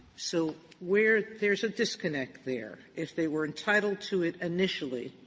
so where there's a disconnect there. if they were entitled to it initially,